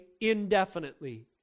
indefinitely